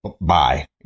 bye